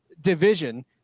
division